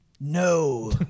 No